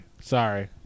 Sorry